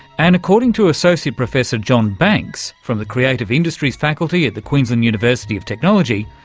and according to associate professor john banks from the creative industry faculty at the queensland university of technology,